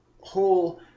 whole